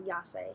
Yase